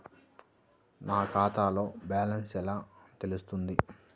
నా ఖాతాలో బ్యాలెన్స్ ఎలా తెలుస్తుంది?